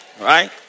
Right